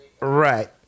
Right